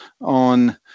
on